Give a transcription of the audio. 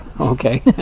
Okay